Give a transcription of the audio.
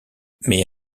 mais